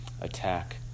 Attack